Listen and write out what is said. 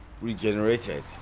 regenerated